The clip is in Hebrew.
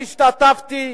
אני השתתפתי,